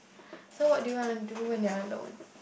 so what do you do want to do when you are alone